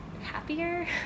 happier